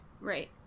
Right